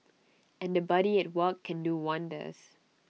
and A buddy at work can do wonders